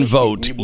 vote